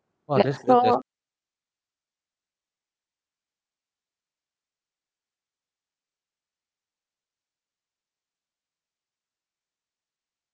!wah! that's